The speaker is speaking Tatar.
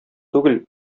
түгел